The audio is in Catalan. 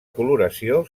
coloració